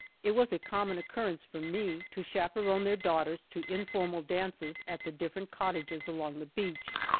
it was a common occurrence for me to chaperon their daughters to informal dances at the different cottages along the beach,